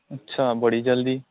ਅੱਛਾ ਬੜੀ ਜਲਦੀ